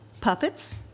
Puppets